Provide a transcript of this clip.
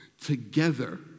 together